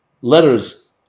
letters